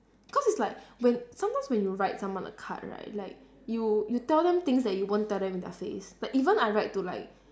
cause it's like when sometimes when you write someone a card right like you you tell them things that you won't tell them in their face like even I write to like